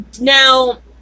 Now